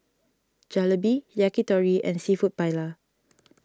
Jalebi Yakitori and Seafood Paella